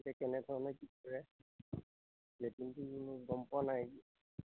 সেই কেনেধৰণে কি কৰে গম পোৱা নাই